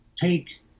take